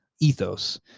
ethos